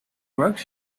work